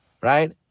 right